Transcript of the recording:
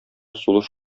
сулыш